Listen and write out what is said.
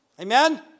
Amen